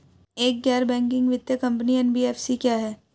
एक गैर बैंकिंग वित्तीय कंपनी एन.बी.एफ.सी क्या है?